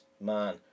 man